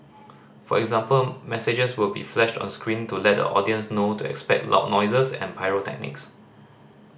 for example messages will be flashed on screen to let the audience know to expect loud noises and pyrotechnics